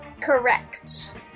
Correct